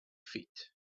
feet